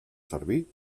servir